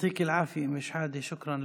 תהיי בריאה, אום שחאדה.